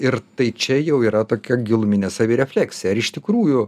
ir tai čia jau yra tokia giluminė savirefleksija ar iš tikrųjų